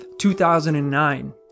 2009